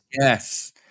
Yes